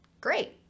great